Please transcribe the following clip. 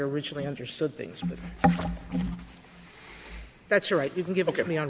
originally understood things that's right you can give it to me on